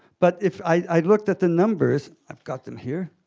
but if i looked at the numbers, i've got them here.